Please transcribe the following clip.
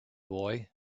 boy